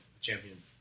champion